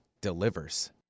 delivers